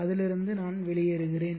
அதிலிருந்து நான் வெளியேறுகிறேன்